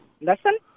listen